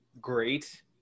great